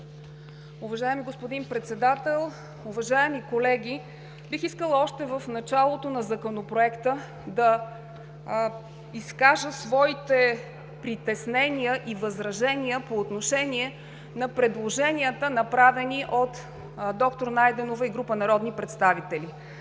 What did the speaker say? Уважаеми господин Председател, уважаеми колеги! Бих искала още в началото на Законопроекта да изкажа своите притеснения и възражения по отношение на предложенията, направени от доктор Найденова и група народни представители.